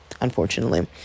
unfortunately